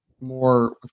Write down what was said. more